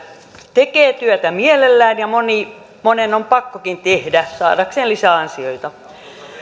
tekee työtä mielellään ja monen on pakkokin tehdä saadakseen lisäansioita